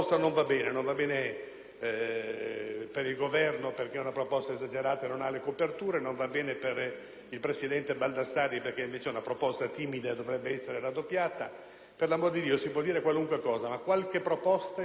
per il Governo, perché è una proposta esagerata e non ha le coperture; non va bene per il presidente Baldassarri, perché invece è una proposta timida e dovrebbe essere raddoppiata. Per l'amor di Dio, si può dire qualunque cosa, ma qualche proposta il Governo ha il dovere di farla;